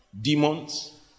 demons